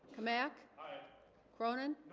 come back cronan